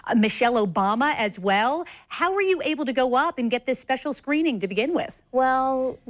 ah michelle obama as well. how were you able to go up and get this special screening to begin with? well,